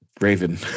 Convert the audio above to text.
raven